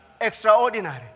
extraordinary